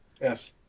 Yes